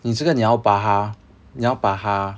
你这个你要把他你要把他